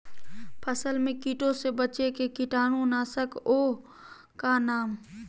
फसल में कीटों से बचे के कीटाणु नाशक ओं का नाम?